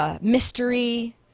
Mystery